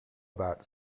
about